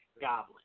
goblin